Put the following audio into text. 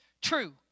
true